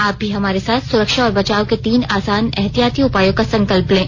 आप भी हमारे साथ सुरक्षा और बचाव के तीन आसान एहतियाती उपायों का संकल्प लें